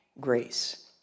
grace